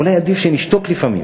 אולי עדיף שנשתוק לפעמים